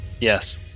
Yes